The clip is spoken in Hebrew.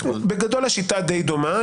בגדול השיטה די דומה,